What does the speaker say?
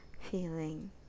feeling